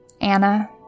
Anna